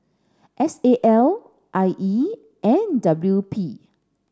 S A L I E and W P